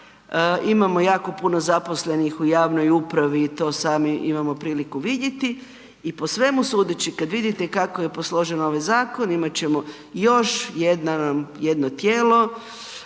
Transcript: imamo jako puno zaposlenih u javnoj upravi i to sami imamo priliku vidjeti i po svemu sudeći kada vidite kako je posložen ovaj zakon, imat ćemo još jedno tijelo